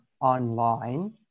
online